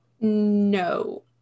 No